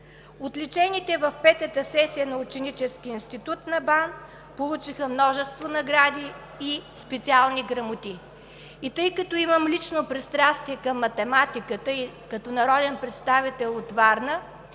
Отличените в Петата сесия на Ученическия институт на БАН получиха множество награди и специални грамоти. Тъй като имам лично пристрастие към математиката, и като народен представител от Варна,